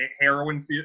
heroin